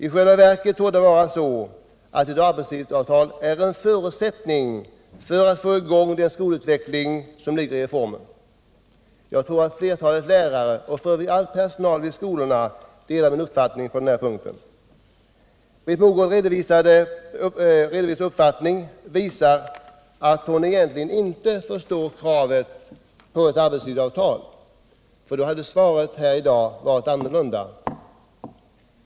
I själva verket torde det vara så, att ett arbetstidsavtal är en förutsättning för att få i gång den skolutveckling som ligger i reformen. Jag tror att flertalet lärare och all annan personal i skolorna delar min uppfattning på denna punkt. Britt Mogårds här redovisade uppfattning visar att hon egentligen inte förstår kravet på ett arbetstidsavtal, ty i så fall hade svaret här i dag varit annorlunda.